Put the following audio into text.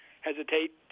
hesitate